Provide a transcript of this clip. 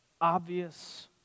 obvious